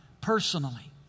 personally